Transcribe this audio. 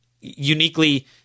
uniquely